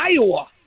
iowa